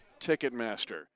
Ticketmaster